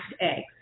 eggs